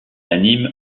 anime